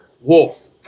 wolf